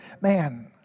man